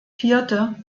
vierte